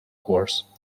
course